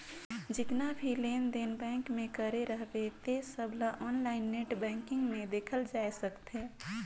जेतना भी लेन देन बेंक मे करे रहबे ते सबोला आनलाईन नेट बेंकिग मे देखल जाए सकथे